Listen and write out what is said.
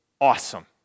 awesome